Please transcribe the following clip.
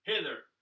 hither